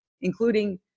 including